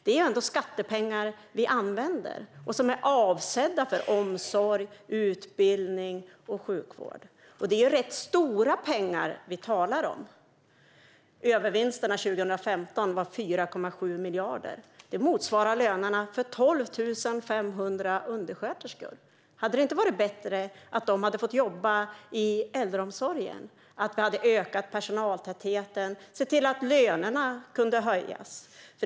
Det är ju ändå skattepengar som vi använder och som är avsedda för omsorg, utbildning och sjukvård. Det är ju dessutom rätt stora pengar vi talar om; övervinsterna 2015 var 4,7 miljarder. Det motsvarar lönerna för 12 500 undersköterskor. Hade det inte varit bättre att de hade fått jobba i äldreomsorgen och att vi hade ökat personaltätheten och sett till att lönerna kunde höjas?